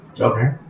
Okay